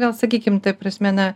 gal sakykim ta prasme na